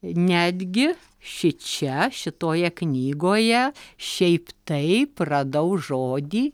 netgi šičia šitoje knygoje šiaip taip radau žodį